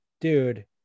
Dude